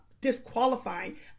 disqualifying